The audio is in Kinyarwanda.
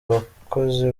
abakozi